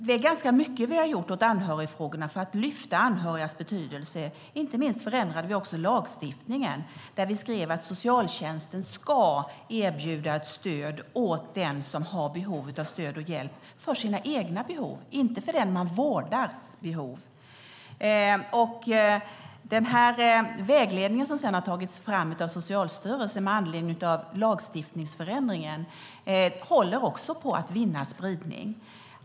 Det är ganska mycket vi har gjort åt anhörigfrågorna för att lyfta anhörigas betydelse, inte minst förändrade vi också lagstiftningen där vi skrev att socialtjänsten ska erbjuda ett stöd åt den som har behov av stöd och hjälp för sina egna behov, inte för behoven hos den man vårdar. Den vägledning som sedan har tagits fram av Socialstyrelsen med anledning av lagstiftningsförändringen håller också på att vinna spridning.